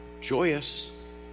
joyous